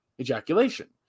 ejaculation